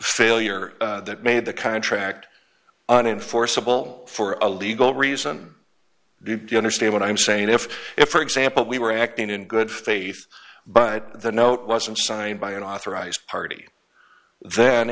failure that made the contract an enforceable for a legal reason you understand what i'm saying if if for example we were acting in good faith but the note wasn't signed by an authorized party then